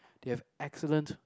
they have excellent